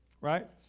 right